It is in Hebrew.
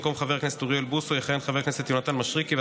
במקום חבר הכנסת אוריאל בוסו יכהן חבר הכנסת יונתן משריקי.